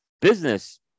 business